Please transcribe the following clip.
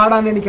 on the and